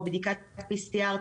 בודדים, לא?